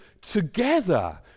together